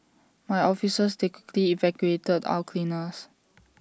my officers they quickly evacuated our cleaners